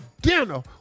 dinner